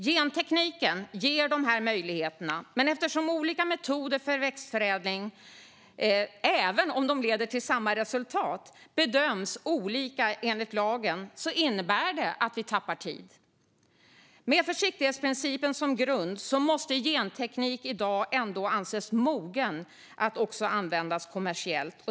Gentekniken ger dessa möjligheter, men att olika metoder för växtförädling bedöms olika i lagen - även om de leder till samma resultat - innebär att vi tappar tid. Med försiktighetsprincipen som grund måste genteknik i dag ändå anses mogen att användas kommersiellt.